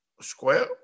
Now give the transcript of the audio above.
square